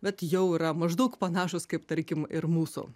bet jau yra maždaug panašūs kaip tarkim ir mūsų